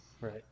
right